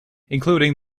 including